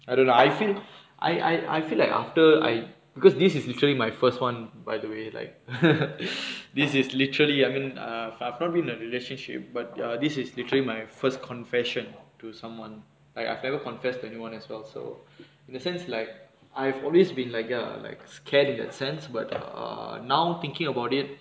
I don't know I feel I I I feel like after I because this is literally my first one by the way like this is literally I mean err I've not been a relationship but ya this is literally my first confession to someone like I've never confessed to anyone as well so in a sense like I've always been like ya like scared in that sense but err now thinking about it